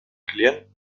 client